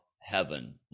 heaven